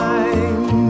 Time